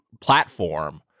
platform